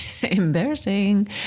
Embarrassing